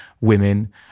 women